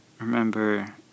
remember